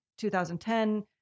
2010